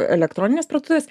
elektroninės parduotuvės